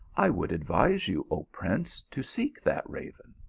i would advise you, o prince, to seek that raven,